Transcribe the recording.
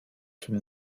from